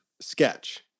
sketch